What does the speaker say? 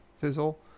fizzle